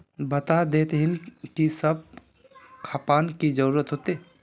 बता देतहिन की सब खापान की जरूरत होते?